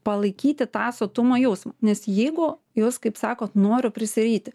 palaikyti tą sotumo jausmą nes jeigu jūs kaip sakot noru prisiryti